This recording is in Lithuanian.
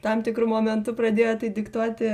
tam tikru momentu pradėjo tai diktuoti